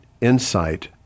insight